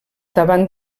davant